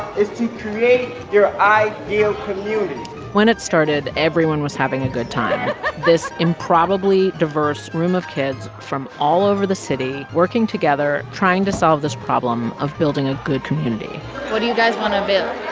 is to create your ideal community when it started, everyone was having a good time this improbably diverse room of kids from all over the city working together, trying to solve this problem of building a good community what do you guys want to build?